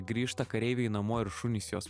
grįžta kareiviai namo ir šunys juos